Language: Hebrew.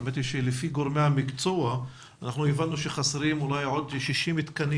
האמת היא שלפי גורמי המקצוע אנחנו הבנו שחסרים אולי עוד 60 תקנים